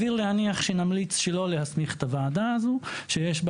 הדבר הכי חשוב שאני מבקשת מהוועדה הזאת, שאנחנו